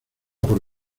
por